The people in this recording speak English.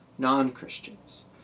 non-Christians